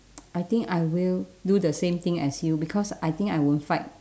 I think I will do the same thing as you because I think I won't fight